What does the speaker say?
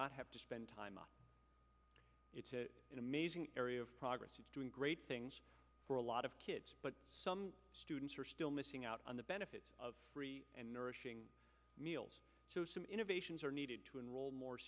not have to spend time on it to an amazing area of progress is doing great things for a lot of kids but some students are still missing out on the benefits of free and nourishing meals so some innovations are needed to enroll more